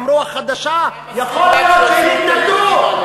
עכשיו הם רוצים לאפשר עוד יותר.